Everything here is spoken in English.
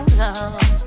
love